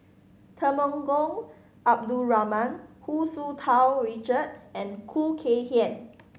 Temenggong Abdul Rahman Hu Tsu Tau Richard and Khoo Kay Hian